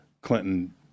Clinton